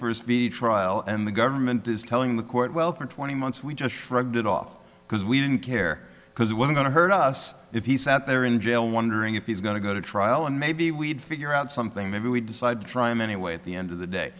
speedy trial and the government is telling the court well for twenty months we just shrugged it off because we didn't care because it was going to hurt us if he sat there in jail wondering if he's going to go to trial and maybe we'd figure out something maybe we decide to try him anyway at the end of the day